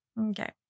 Okay